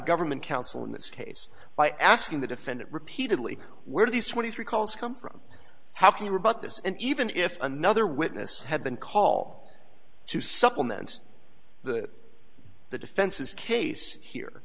government counsel in this case by asking the defendant repeatedly were these twenty three calls come from how can you about this and even if another witness had been call to supplement the the defense's case here